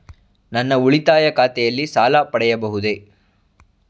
ನನ್ನ ಉಳಿತಾಯ ಖಾತೆಯಲ್ಲಿ ಸಾಲ ಪಡೆಯಬಹುದೇ?